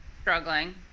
Struggling